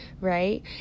right